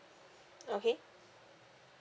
okay